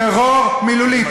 טרור מילולי.